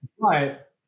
But-